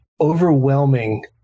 overwhelming